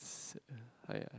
uh !aiya!